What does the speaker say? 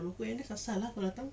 time aku N_S asal ah kau datang